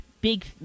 big